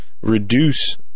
reduce